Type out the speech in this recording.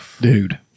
Dude